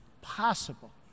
possible